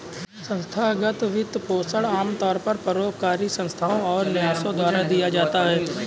संस्थागत वित्तपोषण आमतौर पर परोपकारी संस्थाओ और न्यासों द्वारा दिया जाता है